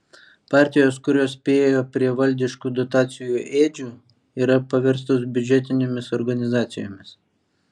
partijos kurios spėjo prie valdiškų dotacijų ėdžių yra paverstos biudžetinėmis organizacijomis